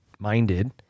minded